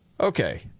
Okay